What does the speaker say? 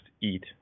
eat